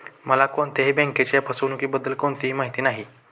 मला कोणत्याही बँकेच्या फसवणुकीबद्दल कोणतीही माहिती नाही